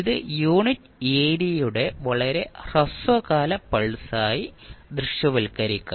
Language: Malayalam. ഇത് യൂണിറ്റ് ഏരിയയുടെ വളരെ ഹ്രസ്വകാല പൾസായി ദൃശ്യവൽക്കരിക്കാം